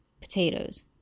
potatoes